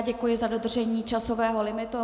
Děkuji za dodržení časového limitu.